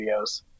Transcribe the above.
videos